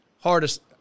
hardest